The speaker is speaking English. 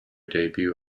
debut